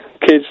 Kids